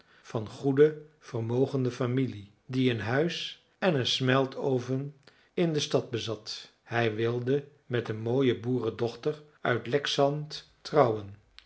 van goede vermogende familie die een huis en een smeltoven in de stad bezat hij wilde met een mooie boerendochter uit leksand trouwen